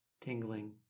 tingling